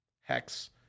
HEX